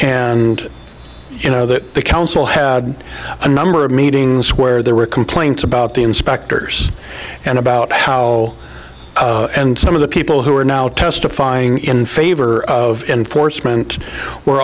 and you know that the council had a number of meetings where there were complaints about the inspectors and about how some of the people who are now testifying in favor of enforcement were